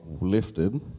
lifted